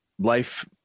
life